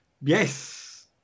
Yes